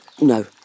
No